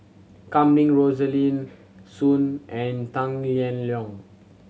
Kam Ning Rosaline Soon and Tang Liang